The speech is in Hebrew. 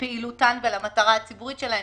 לפעילותן ולמטרה הציבורית שלהן.